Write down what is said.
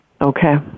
Okay